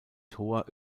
tor